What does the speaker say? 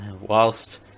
Whilst